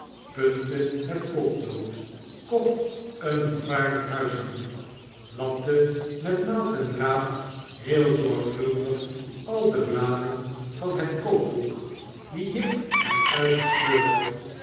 puntte het potlood kocht een vervaarlijk huishoudboek lapte met naald en draad heel zorgvuldig al de bladen van het kookboek die jip er uit gescheurd had